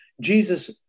Jesus